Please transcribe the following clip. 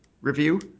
review